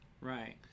Right